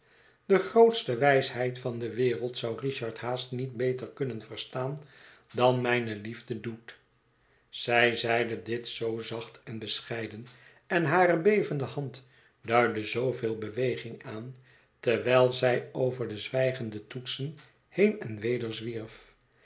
de grootste wijsheid van de wereld zou richard haast niet beter kunnen verstaan dan mijne liefde doet zij zeide dit zoo zacht en bescheiden en hare bevende hand duidde zooveel beweging aan terwijl zij over de zwijgende toetsen heen en weder zwierf